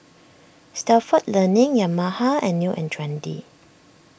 Stalford Learning Yamaha and New and Trendy